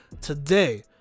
today